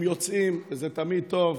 הם יוצאים וזה תמיד טוב.